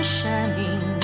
shining